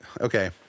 Okay